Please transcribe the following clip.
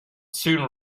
soon